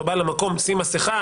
או של בעל המקום לשים מסכה,